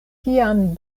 kiam